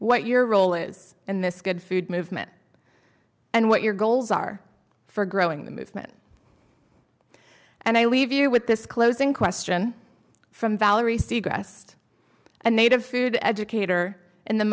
what your role is in this good food movement and what your goals are for growing the movement and i leave you with this closing question from valerie seacrest a native food educator in the